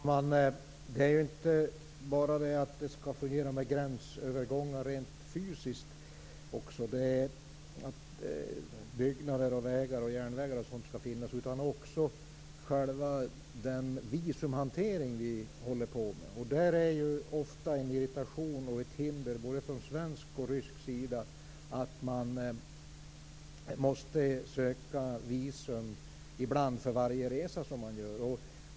Herr talman! Det är inte bara det att det skall fungera med gränsövergångar rent fysiskt, att byggnader, järnvägar och sådant skall finnas, utan visumhanteringen måste också fungera. Där uppstår det ofta en irritation, och det finns ett hinder både från svensk och rysk sida i och med att man ibland måste söka visum för varje resa som man gör.